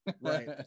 Right